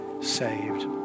saved